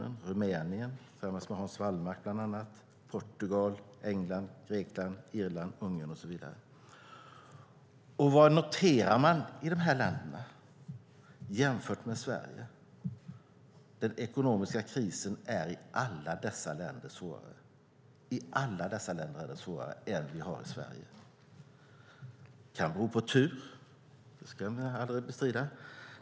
Det har varit Rumänien - tillsammans med bland annat Hans Wallmark - Portugal, Irland, Grekland, England, Ungern och så vidare. Vad noterar man i dessa länder jämfört med Sverige? Jo, den ekonomiska krisen är svårare i alla dessa länder. Den är svårare i alla dessa länder än den är i Sverige. Det kan bero på tur; det ska vi inte bestrida.